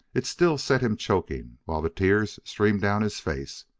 it still set him choking while the tears streamed down his face.